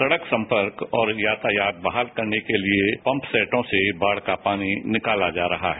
सड़क संपर्क और यातायात बहाल करने के लिए पंप सेटों से बाढ़ का पानी निकाला जा रहा है